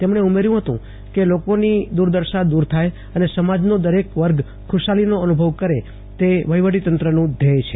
તેમણે ઉમેર્થું હતું કે લોકો ની દુર્દશા દૂર થાય અને સમાજનો દરેક વર્ગ ખુશાલી નો અનુભવ કરે તે વહીવટી તંત્ર નું ધ્યેય છે